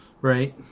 Right